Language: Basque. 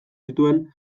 zituen